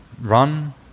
run